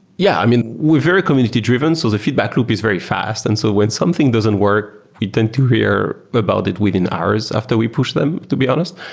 yeah. i mean, we've very community-drive. and so the feedback loop is very fast. and so when something doesn't, we tend to hear about it within hours after we push them, to be honest.